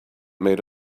made